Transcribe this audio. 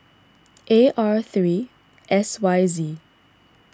A R three S Y Z